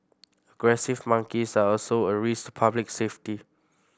aggressive monkeys are also a risk public safety